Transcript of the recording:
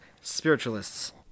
spiritualists